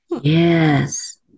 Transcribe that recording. Yes